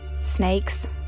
Snakes